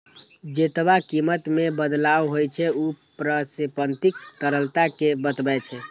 जेतबा कीमत मे बदलाव होइ छै, ऊ परिसंपत्तिक तरलता कें बतबै छै